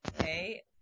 Okay